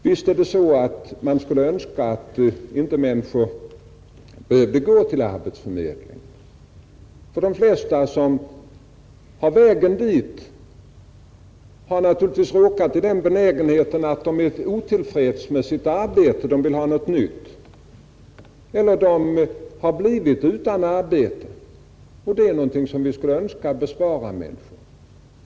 Visst skulle man önska att människor inte behövde gå till arbetsförmedlingen. De flesta som tar vägen dit är naturligtvis inte till freds med det arbete de har utan vill ha något nytt eller också har de blivit utan arbete. Det är något som vi skulle önska att vi kunde bespara människorna.